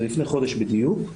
זה לפני חודש בדיוק,